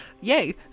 yay